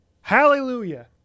Hallelujah